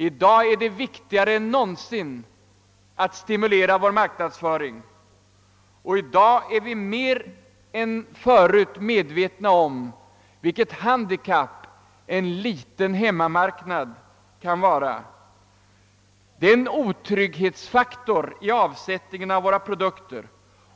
I dag är det viktigare än någonsin att stimulera vår marknadsföring, och i dag är vi mer än förut medvetna om vilket handikapp en liten hemmamarknad kan vara. Det är en otrygghetsfaktor i avsättningen av våra produkter